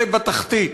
אלה בתחתית,